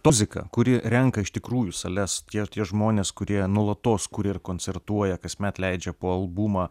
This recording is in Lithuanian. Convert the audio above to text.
muzika kuri renka iš tikrųjų sales tie tie žmonės kurie nuolatos kuria ir koncertuoja kasmet leidžia po albumą